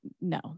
no